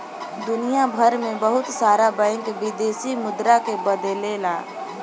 दुनियभर में बहुत सारा बैंक विदेशी मुद्रा के बदलेला